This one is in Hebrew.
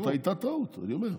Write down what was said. נכון, זאת הייתה טעות, אני אומר.